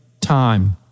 time